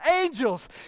Angels